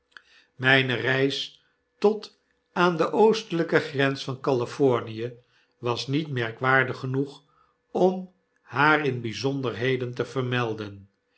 myne reis tot aan de oostelijke grens van california was niet merkwaardig genoeg om haar in byzonderheden te vermelden